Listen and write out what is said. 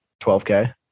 12K